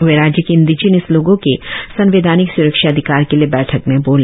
वे राज्य के इंडिजिनियस लोगो के संवैधानिक स्रक्षा अधिकार के लिए बैठक में बोले